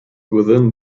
within